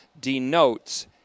denotes